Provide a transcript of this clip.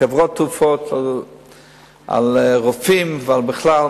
חברות תרופות על רופאים ובכלל,